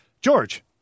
George